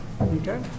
okay